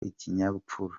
ikinyabupfura